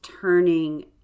turning